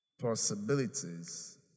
possibilities